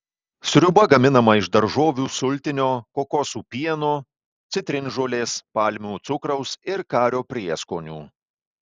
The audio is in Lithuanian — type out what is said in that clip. sriuba gaminama iš daržovių sultinio kokosų pieno citrinžolės palmių cukraus ir kario prieskonių